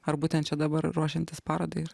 ar būtent čia dabar ruošiantis parodai ir